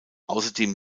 außerdem